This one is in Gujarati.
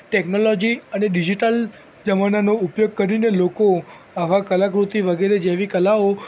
ટૅકનોલોજી અને ડિજિટલ જમાનાનો ઉપયોગ કરીને લોકો આવાં કલાકૃતિ વગેરે જેવી કલાઓ